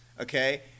okay